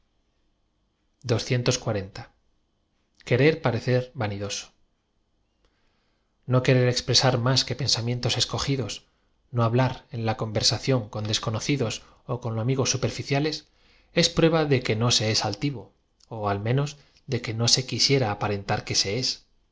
r parecer vanidoso n o querer expresar más que pensamientos escogi dos no hablar en la conversación con desconocidos ó con amigos superficiales es prueba de que no se es altivo ó y al menos de que no se quisiera aparentar que se